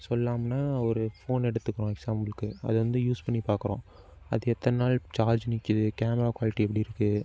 சொல்லாம்னால் ஒரு ஃபோன் எடுத்துக்குவோம் எக்சாம்பிளுக்கு அது வந்து யூஸ் பார்க்குறோம் அது எத்தனை நாள் சார்ஜ் நிற்கிது கேமரா குவாலிட்டி எப்படிருக்கு